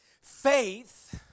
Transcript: Faith